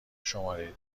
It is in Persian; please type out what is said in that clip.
شماره